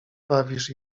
bawisz